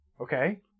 okay